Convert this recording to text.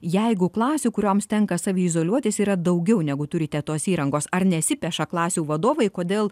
jeigu klasių kurioms tenka saviizoliuotis yra daugiau negu turite tos įrangos ar nesipeša klasių vadovai kodėl